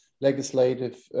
legislative